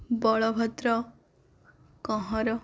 Balabhadra Kanhar